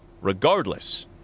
regardless